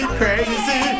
crazy